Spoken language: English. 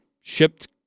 shipped